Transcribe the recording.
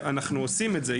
אנחנו עושים את זה,